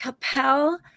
Capel